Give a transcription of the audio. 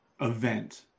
event